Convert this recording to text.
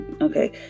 Okay